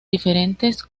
diferentes